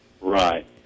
Right